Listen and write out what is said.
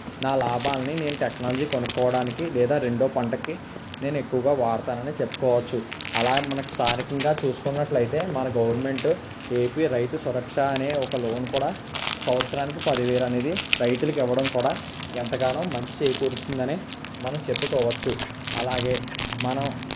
నా లాభాల్ని నేను టెక్నాలజీ కొనుక్కోవడానికి లేదా రెండో పంటకి నేను ఎక్కువగా వాడతానని నేను చెప్పుకోవచ్చు అలా మనం స్థానికంగా చూసుకున్నట్లయితే మన గవర్నమెంట్ ఏపీ రైతు సురక్ష అనే ఒక లోను కూడా సంవత్సరానికి పది వేలు అనేది రైతులకి ఇవ్వడం కూడా ఎంతగానో మంచి చేకూరుస్తుందని మనం చెప్పుకోవచ్చు అలాగే మనం